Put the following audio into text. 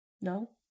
No